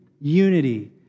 unity